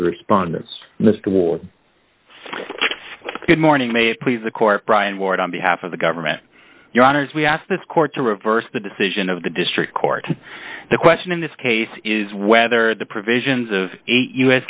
respondents this toward good morning may it please the court bryan ward on behalf of the government your honour's we ask this court to reverse the decision of the district court the question in this case is whether the provisions of eight u